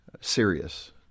serious